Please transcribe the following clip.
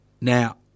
Now